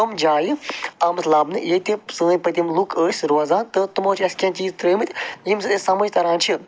تِم جایہِ آمٕتۍ لبنہٕ ییٚتہِ سٲنۍ پٔتِم لُکھ ٲسۍ روزان تہٕ تِمو چھِ اَسہِ کیٚنٛہہ چیٖز ترٛٲیمٕتۍ ییٚمہِ سۭتۍ اَسہِ سمجھ تَران چھِ